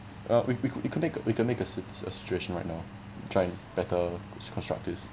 uh we we could make a we could make a s~ a stretch right now try better constructive